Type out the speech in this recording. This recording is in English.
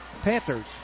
Panthers